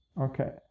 Okay